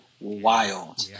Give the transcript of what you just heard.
wild